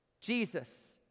Jesus